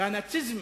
והנאציזם